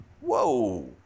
Whoa